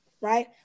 right